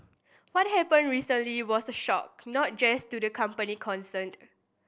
what happened recently was a shock not just to the company concerned